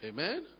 Amen